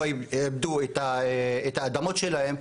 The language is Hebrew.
לא עיבדו את האדמות שלהם,